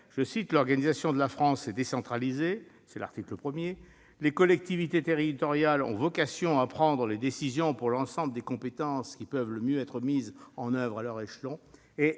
celle-ci, « l'organisation » de la France est « décentralisée »- c'est l'article 1 -;« les collectivités territoriales ont vocation à prendre les décisions pour l'ensemble des compétences qui peuvent le mieux être mises en oeuvre à leur échelon »